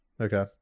Okay